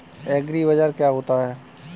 एग्रीबाजार क्या होता है?